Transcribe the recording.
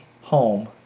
home